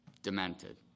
Demented